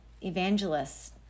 evangelists